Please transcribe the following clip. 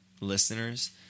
listeners